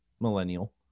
millennial